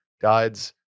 guides